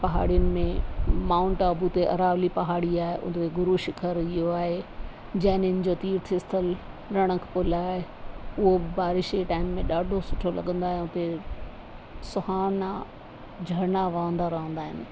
पहाड़ियुनि में माउंट टाबू ते अरावली पहाड़ी आए हुते गुरु शिखर इहो आहे जैनियुनि जो तीर्थ स्थल रणकपूल आए उहो बि बारिश जे टाइम में ॾाढो सुठो लॻंदो आहे हुते सुहावना झरना वहंदा रहंदा आहिनि